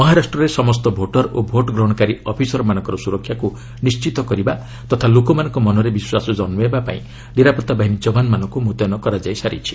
ମହାରାଷ୍ଟ୍ରରେ ସମସ୍ତ ଭୋଟର ଓ ଭୋଟ ଗ୍ରହଣକାରୀ ଅଫିସରମାନଙ୍କ ସ୍ରରକ୍ଷାକ୍ ନିଶ୍ଚିତ କରିବା ତଥା ଲୋକମାନଙ୍କ ମନରେ ବିଶ୍ୱାସ ଜନ୍ନାଇବା ପାଇଁ ନିରାପଭା ବାହିନୀ ଯବାନମାନଙ୍କୁ ମୁତୟନ କରାଯାଇ ସାରିଛି